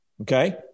Okay